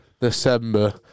December